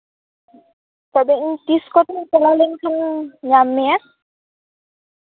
ᱛᱚᱵᱮ ᱤᱧ ᱛᱤᱥ ᱠᱚᱛᱮᱧ ᱪᱟᱞᱟᱣ ᱞᱮᱱᱠᱷᱟᱱ ᱧᱟᱢ ᱢᱮᱭᱟ